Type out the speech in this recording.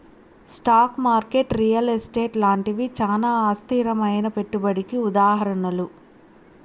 stock market real estate లాంటివి చానా అస్థిరమైనా పెట్టుబడికి ఉదాహరణలు